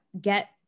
get